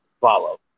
follow